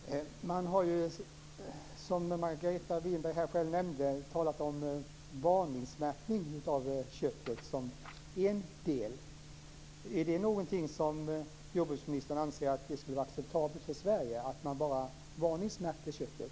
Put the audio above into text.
Fru talman! Man har ju, som Margareta Winberg här själv nämnde, talat om varningsmärkning av köttet som en del. Är det någonting som jordbruksministern anser skulle vara acceptabelt för Sverige, att bara varningsmärka köttet?